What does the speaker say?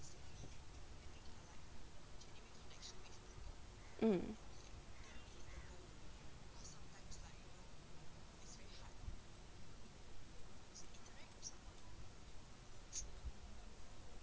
mm